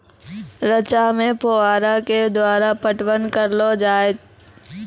रचा मे फोहारा के द्वारा पटवन करऽ लो जाय?